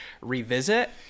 revisit